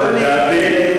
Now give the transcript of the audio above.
לא לא, אדוני,